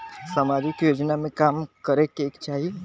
सामाजिक योजना में का काम करे के चाही?